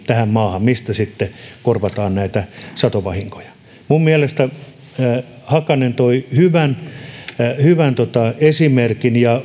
tähän maahan jonkun rahastomallin mistä sitten korvataan näitä satovahinkoja mielestäni hakanen toi hyvän hyvän esimerkin ja